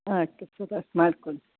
ಹಾಂ okay sir ಅಷ್ಟು ಮಾಡ್ಕೊಳ್ಳಿ